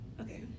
Okay